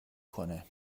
کنه